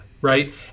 right